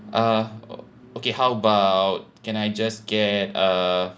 uh okay how about can I just get uh